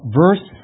verse